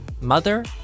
mother